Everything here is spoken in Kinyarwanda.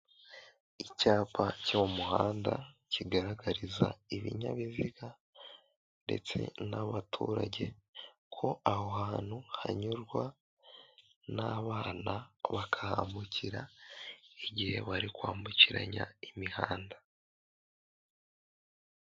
Icyapa cyo mu muhanda kigaragariza ibinyabiziga ndetse n'abaturage ko aho hantu hanyurwa n'abana bakahambukira igihe bari kwambukiranya imihanda.